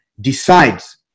decides